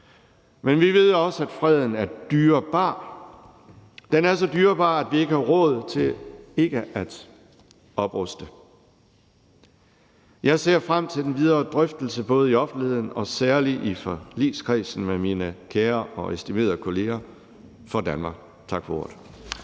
men vi ved også, at freden er dyrebar. Den er så dyrebar, at vi ikke har råd til ikke at opruste. Jeg ser frem til den videre drøftelse både i offentligheden og særlig i forligskredsen med mine kære og estimerede kolleger for Danmark. Tak for ordet.